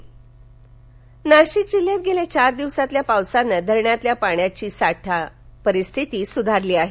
नाशिक धरणे नाशिक जिल्ह्यात गेल्या चार दिवसांतल्या पावसानं धरणांतल्या पाणी साठ्याची परिस्थिती सुधारली आहे